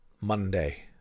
Monday